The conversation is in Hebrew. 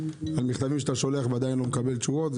על מכתבים שאתה שולח ועדיין לא מקבל תשובות.